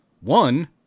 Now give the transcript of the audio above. One